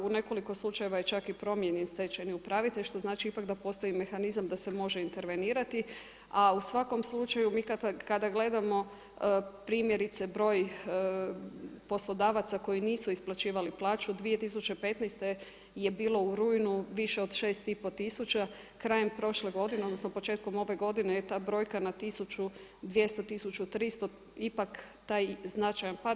U nekoliko slučajeva je ček i promijenjen stečajni upravitelj, što znači ipak da postoji mehanizam da se može intervenirati, a u svakom slučaju, mi kada gledamo, primjerice broj poslodavaca koji nisu isplaćivali plaću 2015. je bilo u rujnu više od 6,5 tisuća, krajem prošle godine odnosno početkom ove godine je ta brojka na 1200, 1300 ipak taj značajan pad.